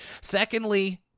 Secondly